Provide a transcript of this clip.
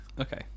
Okay